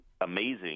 amazing